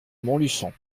montluçon